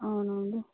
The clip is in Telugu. అవునవును